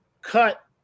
cut